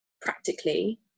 practically